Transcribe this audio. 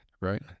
right